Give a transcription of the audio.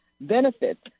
benefits